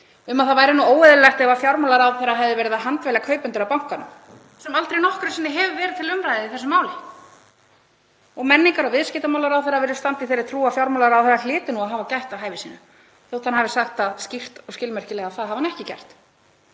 að það væri nú óeðlilegt ef fjármálaráðherra hefði verið að handvelja kaupendur að bankanum, sem hefur aldrei nokkru sinni verið til umræðu í þessu máli. Og menningar- og viðskiptaráðherra virðist standa í þeirri trú að fjármálaráðherra hljóti nú að hafa gætt að hæfi sínu þótt hann hafi sagt það skýrt og skilmerkilega að það hafi hann ekki gert.